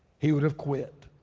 he would have quit.